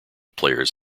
players